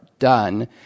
done